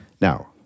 now